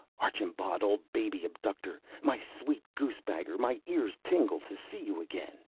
archambaud, old baby-abductor, my sweet goose-bagger, my ears tingle to see you again!